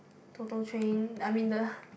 total train I mean the